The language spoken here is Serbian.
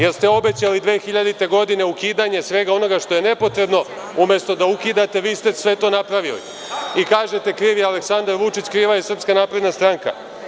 Jel ste obećali 2000. godine ukidanje svega onoga što je nepotrebno, umesto što ukidate vi ste sve to napravili i kažete krivi Aleksandar Vučić, kriva je Srpska napredna stranka.